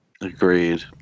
Agreed